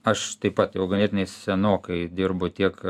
aš taip pat jau ganėtinai senokai dirbu tiek